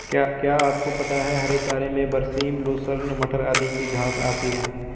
क्या आपको पता है हरे चारों में बरसीम, लूसर्न, मटर आदि की घांस आती है?